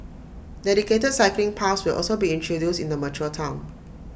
dedicated cycling paths will also be introduced in the mature Town